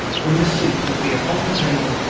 when the soup would be upon the table,